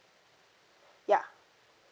ya